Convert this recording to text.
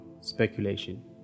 speculation